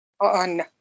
on